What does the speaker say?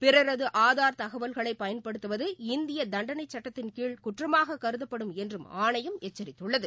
பிறரதுஆதார் தகவல்களைபயன்படுத்துவது இந்தியதண்டனைச் சட்டத்தின் கீழ் குற்றமாகக் கருதப்படும் என்றும் ஆணையம் எச்சரித்துள்ளது